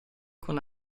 con